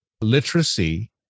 literacy